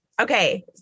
okay